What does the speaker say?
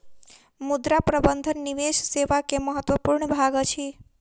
मुद्रा प्रबंधन निवेश सेवा के महत्वपूर्ण भाग अछि